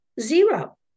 Zero